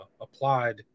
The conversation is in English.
applied